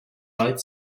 both